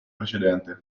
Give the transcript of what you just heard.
precedente